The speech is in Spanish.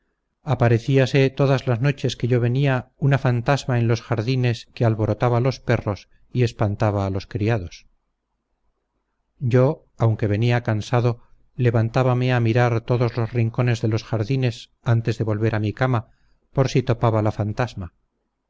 privación apareciase todas las noches que yo venía una fantasma en los jardines que alborotaba los perros y espantaba a los criados yo aunque venía cansado levantábame a mirar todos los rincones de los jardines antes de volver a mi cama por si topaba la fantasma